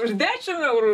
už dešimt eurų